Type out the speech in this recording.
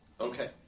Okay